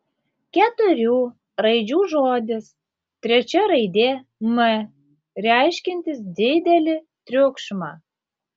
keturių raidžių žodis trečia raidė m reiškiantis didelį triukšmą